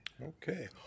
Okay